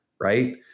right